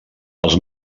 els